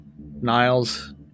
niles